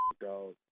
dog